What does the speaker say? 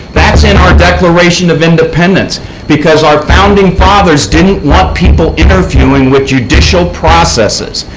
that is in our declaration of independence because our founding fathers didn't want people interfering with judicial processes,